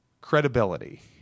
credibility